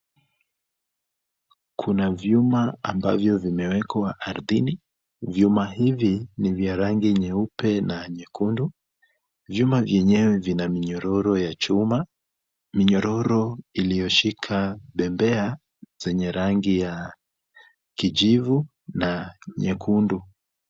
Kuna vyuma ambavyo vimewekwa ardhini, vyuma hivi ni vya rangi nyeupe na nyekundu, vyuma vyenyewe vina minyororo ya chuma, minyororo iliyoshika bembea zenye rangi ya kijivu na nyekundu.